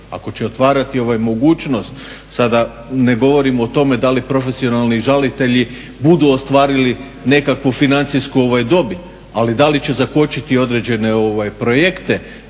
ako će otvarati ovaj mogućnost, sad ne govorimo o tome da li profesionalni žalitelji budu ostvarili nekakvu financijsku dobit, ali da li će zakočiti određene projekte,